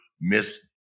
miss